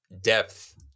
depth